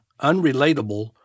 unrelatable